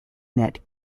net